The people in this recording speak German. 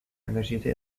engagierte